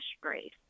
grace